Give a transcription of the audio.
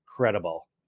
Incredible